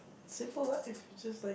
simple like if just like